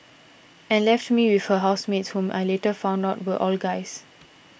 and left me with her housemates whom I later found out were all guys